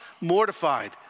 mortified